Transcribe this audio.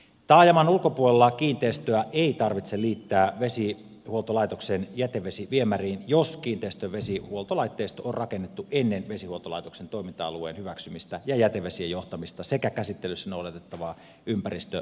taajaman ulkopuolella kiinteistöä ei tarvitse liittää vesihuoltolaitoksen jätevesiviemäriin jos kiinteistön vesihuoltolaitteisto on rakennettu ennen vesihuoltolaitoksen toiminta alueen hyväksymistä ja jätevesien johtamista sekä käsittelyssä noudatettavaa ympäristösuojelulakia